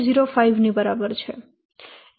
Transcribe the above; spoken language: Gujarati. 05 ની બરાબર છે